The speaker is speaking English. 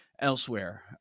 elsewhere